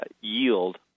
yield